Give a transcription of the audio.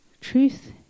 Truth